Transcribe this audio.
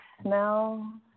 smell